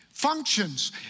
functions